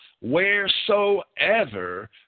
wheresoever